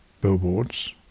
billboards